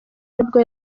nibwo